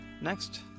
next